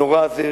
הנורא הזה,